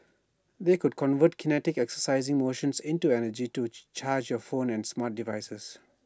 the could convert kinetic exercising motions into energy to charge your phones and smart devices